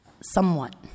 somewhat